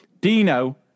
Dino